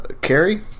Carrie